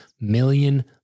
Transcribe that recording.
million